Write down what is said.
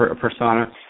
persona